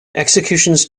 executions